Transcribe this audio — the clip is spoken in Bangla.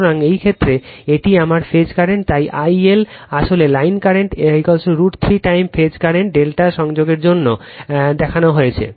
সুতরাং এই ক্ষেত্রে এটি আমার ফেজ কারেন্ট তাই IL আসলে line current √ 3 time phase current ∆ সংযোগের জন্য দেখানো হয়েছে